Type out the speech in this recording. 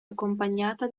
accompagnata